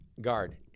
Guard